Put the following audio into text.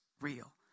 real